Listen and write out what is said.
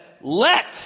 let